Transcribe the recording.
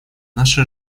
наши